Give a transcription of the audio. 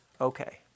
Okay